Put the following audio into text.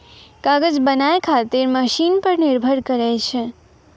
कागज बनाय खातीर मशिन पर निर्भर करै छै